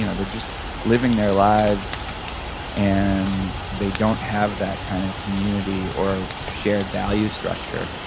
you know they're just living their lives and they don't have that kind of community or shared value structure.